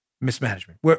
Mismanagement